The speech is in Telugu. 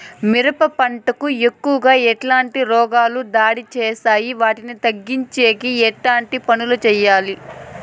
మిరప పంట కు ఎక్కువగా ఎట్లాంటి రోగాలు దాడి చేస్తాయి వాటిని తగ్గించేకి ఎట్లాంటి పనులు చెయ్యాలి?